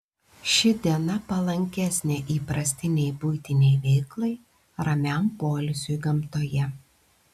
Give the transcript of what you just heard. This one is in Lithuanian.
ši diena palankesnė įprastinei buitinei veiklai ramiam poilsiui gamtoje